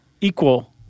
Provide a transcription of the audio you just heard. equal